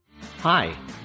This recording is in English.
Hi